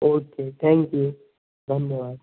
okay thank you धन्यवाद